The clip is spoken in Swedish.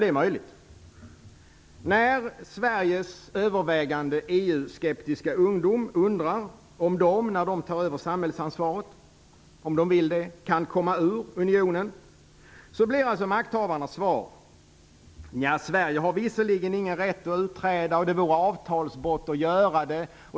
Det är möjligt att det är så. När Sveriges övervägande EU-skeptiska ungdom undrar ifall de, när de tar över samhällsansvaret, kan komma ur unionen om de vill det, blir alltså makthavarnas svar: Nja, Sverige har visserligen ingen rätt att utträda, och det vore avtalsbrott att göra det.